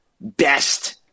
best